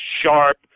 sharp